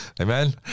Amen